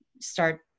start